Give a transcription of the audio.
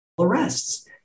arrests